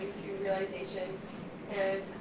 realization and